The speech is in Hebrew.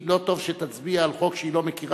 שלא טוב שהיא תצביע על חוק שהיא לא מכירה,